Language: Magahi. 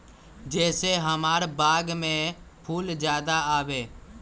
जे से हमार बाग में फुल ज्यादा आवे?